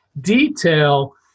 detail